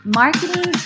marketing